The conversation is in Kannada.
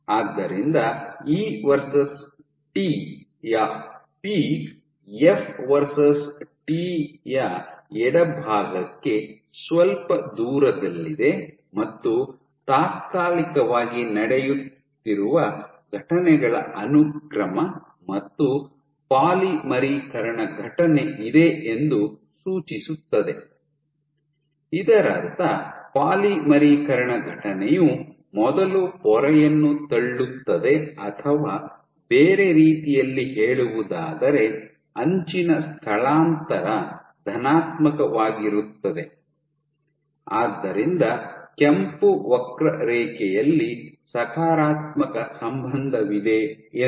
ಆದ್ದರಿಂದ ಇ ವರ್ಸಸ್ ಟಿ ಯ ಪೀಕ್ ಎಫ್ ವರ್ಸಸ್ ಟಿ ಯ ಎಡಭಾಗಕ್ಕೆ ಸ್ವಲ್ಪ ದೂರದಲ್ಲಿದೆ ಮತ್ತು ತಾತ್ಕಾಲಿಕವಾಗಿ ನಡೆಯುತ್ತಿರುವ ಘಟನೆಗಳ ಅನುಕ್ರಮ ಮತ್ತು ಪಾಲಿಮರೀಕರಣ ಘಟನೆ ಇದೆ ಎಂದು ಸೂಚಿಸುತ್ತದೆ ಇದರರ್ಥ ಪಾಲಿಮರೀಕರಣ ಘಟನೆಯು ಮೊದಲು ಪೊರೆಯನ್ನು ತಳ್ಳುತ್ತದೆ ಅಥವಾ ಬೇರೆ ರೀತಿಯಲ್ಲಿ ಹೇಳುವುದಾದರೆ ಅಂಚಿನ ಸ್ಥಳಾಂತರ ಧನಾತ್ಮಕವಾಗಿರುತ್ತದೆ ಆದ್ದರಿಂದ ಕೆಂಪು ವಕ್ರರೇಖೆಯಲ್ಲಿ ಸಕಾರಾತ್ಮಕ ಸಂಬಂಧವಿದೆ ಎಂದು